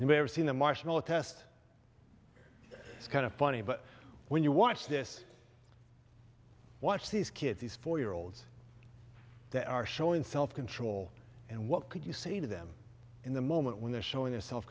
have seen the marshmallow test it's kind of funny but when you watch this watch these kids these four year olds that are showing self control and what could you say to them in the moment when they're showing your self